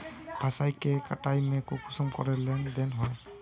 फसल के कटाई में कुंसम करे लेन देन होए?